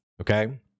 Okay